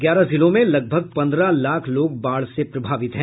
ग्यारह जिलों में लगभग पंद्रह लाख लोग बाढ़ से प्रभावित हैं